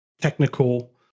technical